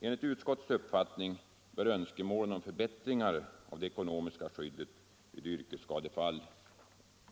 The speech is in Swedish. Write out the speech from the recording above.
Enligt utskottets uppfattning bör önskemålen om förbättringar av det ekonomiska skyddet vid yrkesskadefall